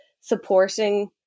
supporting